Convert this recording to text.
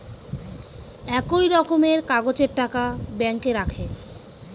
একই রকমের কাগজের টাকা ব্যাঙ্কে রাখে